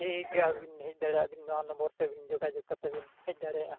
ᱴᱷᱤᱠ ᱜᱮᱭᱟ ᱟᱹᱵᱤᱱ ᱦᱮᱡ ᱫᱟᱲᱮᱭᱟᱜᱼᱟ ᱵᱤᱱ ᱟᱹᱵᱤᱱ ᱱᱚᱣᱟ ᱱᱚᱢᱵᱚᱨ ᱛᱮᱵᱮᱱ ᱡᱳᱜᱟᱡᱳᱜᱽ ᱠᱟᱛᱮᱫ ᱵᱤᱱ ᱦᱮᱡ ᱫᱟᱲᱮᱭᱟᱜᱼᱟ